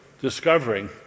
discovering